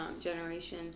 generation